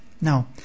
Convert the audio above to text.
Now